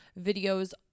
videos